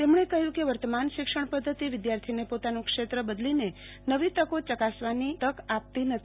તેમણે કહ્યું કે વર્તમાન શિક્ષણ પધ્ધતીવિદ્યાર્થીને પોતાનું ક્ષેત્ર બદલીને નવી તકો યકાસવાની તકો આપતી નથી